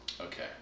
Okay